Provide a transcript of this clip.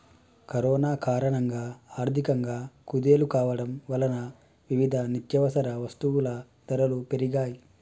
corona కారణంగా ఆర్థికంగా కుదేలు కావడం వలన వివిధ నిత్యవసర వస్తువుల ధరలు పెరిగాయ్